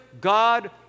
God